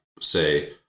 say